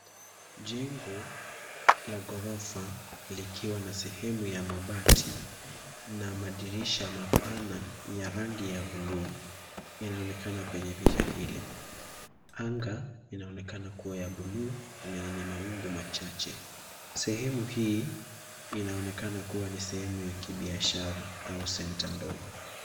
Jengo la ghorofa likiwa na sehemu ya mabati na madirisha mapana ya rangi ya buluu inaonekana kwenye picha hili. Anga inaonekana kuwa ya buluu na yenye mawingu machache. Sehemu hii inaonekana kuwa ni sehemu ya kibiashara au center ndogo.